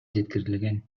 жеткирилген